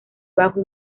bajo